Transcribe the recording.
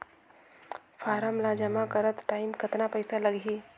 Form ला जमा करत टाइम कतना पइसा लगही?